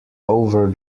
over